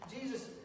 Jesus